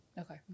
Okay